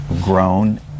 grown